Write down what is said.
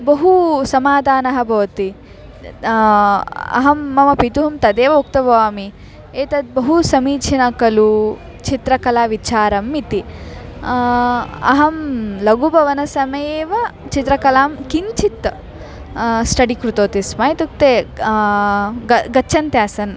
बहु समाधानः भवति अहं मम पितुः तदेव उक्त्वापि एतद् बहु समीचीनं खलु चित्रकलाविचारम् इति अहं लघुभवनसमये एव चित्रकलां किञ्चित् स्टडि कृतवती स्म इत्युक्ते ग गच्छन्ति आसन्